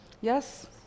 Yes